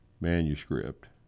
manuscript